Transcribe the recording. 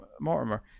Mortimer